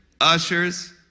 ushers